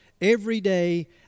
everyday